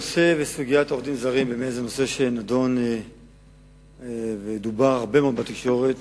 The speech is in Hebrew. נושא העובדים הזרים נדון ודובר הרבה מאוד בתקשורת